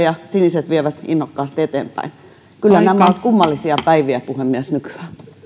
ja siniset vievät innokkaasti eteenpäin kyllä nämä ovat kummallisia päiviä puhemies nykyään